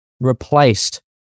replaced